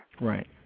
Right